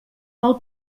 pel